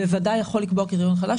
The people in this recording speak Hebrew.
הוא בוודאי יכול לקבוע קריטריון חדש.